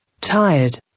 tired